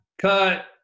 cut